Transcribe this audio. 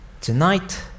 tonight